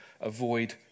avoid